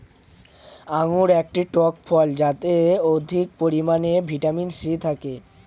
আঙুর একটি টক ফল যাতে অধিক পরিমাণে ভিটামিন সি থাকে